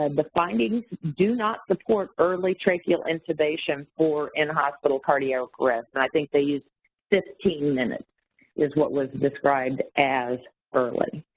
and the findings do not support early tracheal intubation or in-hospital cardiac arrest. and i think they used fifteen minutes was what was described as early.